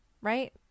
right